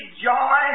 joy